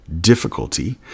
difficulty